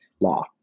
law